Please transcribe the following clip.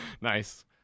Nice